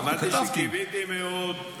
אמרתי שקיוויתי מאוד,